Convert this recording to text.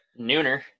Nooner